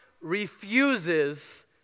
refuses